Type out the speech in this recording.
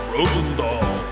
Rosendahl